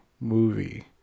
movie